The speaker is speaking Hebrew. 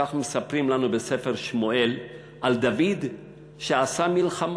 כך מספרים לנו בספר שמואל על דוד שעשה מלחמות,